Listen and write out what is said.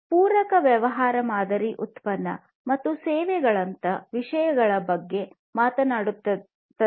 ಪೂರಕ ವ್ಯವಹಾರ ಮಾದರಿ ಉತ್ಪನ್ನ ಮತ್ತು ಸೇವೆಗಳಂತಹ ವಿಷಯಗಳ ಬಗ್ಗೆ ಮಾತನಾಡುತ್ತದೆ